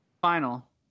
final